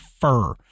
fur